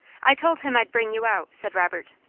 i told him i'd bring you out, said robert.